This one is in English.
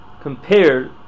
compared